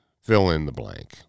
fill-in-the-blank